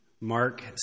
Mark